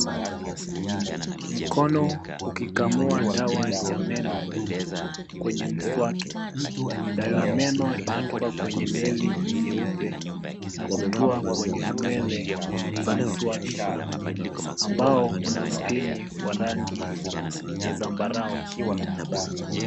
Mkono ukikamua dawa ya meno kwenye mswaki, dawa ya meno inatoka kwenye nevi nyeupe na kutua kwenye nywele za mswaki ambao una mpini wa rangi ya zambarau.